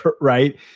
right